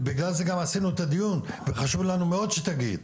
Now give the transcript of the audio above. בגלל זה גם עשינו את הדיון וחשוב לנו מאוד שתגיד.